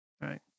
Right